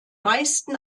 meisten